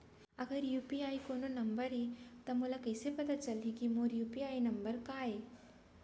अगर यू.पी.आई कोनो नंबर ये त मोला कइसे पता चलही कि मोर यू.पी.आई नंबर का ये?